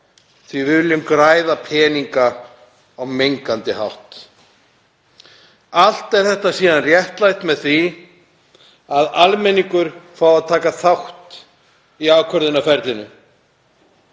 því við viljum græða peninga á mengandi hátt. Allt er þetta síðan réttlætt með því að almenningur fái að taka þátt í ákvörðunarferlinu.